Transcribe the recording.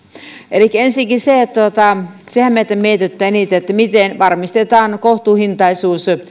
elikkä ensinnäkin se että sehän meitä mietityttää eniten miten varmistetaan kohtuuhintaisuus